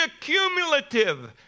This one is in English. cumulative